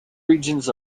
regions